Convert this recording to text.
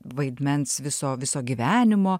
vaidmens viso viso gyvenimo